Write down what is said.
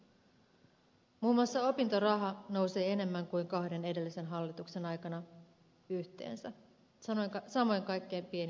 muun muassa opintoraha nousee enemmän kuin kahden edellisen hallituksen aikana yhteensä samoin kaikkein pienimmät eläkkeet